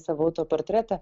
savo autoportretą